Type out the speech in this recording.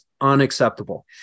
unacceptable